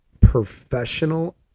professional